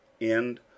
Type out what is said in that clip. End